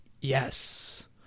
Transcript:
yes